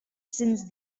since